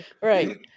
right